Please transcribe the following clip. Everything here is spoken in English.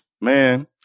Man